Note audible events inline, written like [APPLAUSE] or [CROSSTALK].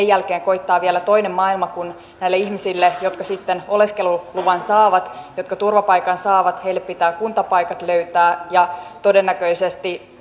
[UNINTELLIGIBLE] jälkeen koittaa vielä toinen maailma kun näille ihmisille jotka sitten oleskeluluvan saavat ja jotka turvapaikan saavat pitää kuntapaikat löytää ja todennäköisesti [UNINTELLIGIBLE]